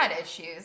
issues